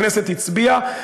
הכנסת הצביעה,